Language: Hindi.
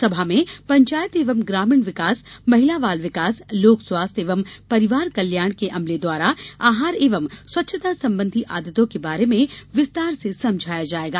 सभा में पंचायत एवं ग्रामीण विकास महिला बाल विकास लोक स्वास्थ्य एवं परिवार कल्याण के अमले द्वारा आहार एवं स्वच्छता संबंधी आदतों के बारे में विस्तार से समझाया जायेगा